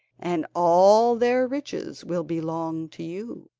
and all their riches will belong to you.